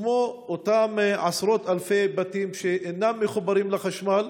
כמו אותם עשרות אלפי בתים שאינם מחוברים לחשמל.